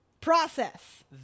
Process